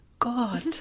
god